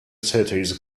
cities